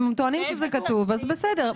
הם טוענים שזה כתוב, אז בסדר.